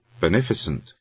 beneficent